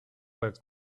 works